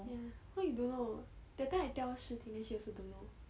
ya why you don't know that time I tell shi ting then she also don't know